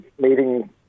meeting